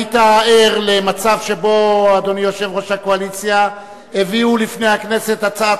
היית ער למצב שבו אדוני יושב-ראש הקואליציה הביא לפני הכנסת הצעת